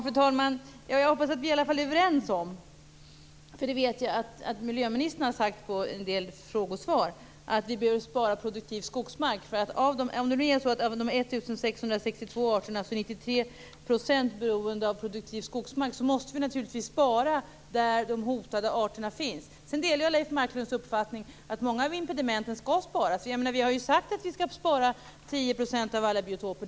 Fru talman! Jag hoppas att vi i alla fall är överens om att vi behöver spara produktiv skogsmark. Det har miljöministern sagt i en del frågesvar. Om 93 % av de 1 662 arterna är beroende av produktiv skogsmark måste vi naturligtvis spara där de hotade arterna finns. Jag delar Leif Marklunds uppfattning om att många av impedimenten skall sparas. Vi har ju sagt att vi skall spara 10 % av alla biotoper.